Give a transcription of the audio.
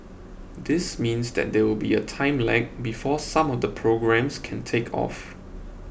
this means that there will be a time lag before some of the programmes can take off